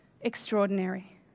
extraordinary